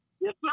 Yes